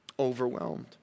Overwhelmed